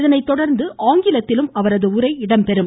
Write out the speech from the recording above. இதனை தொடர்ந்து ஆங்கிலத்திலும் அவரது உரை இடம்பெறும்